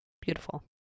Beautiful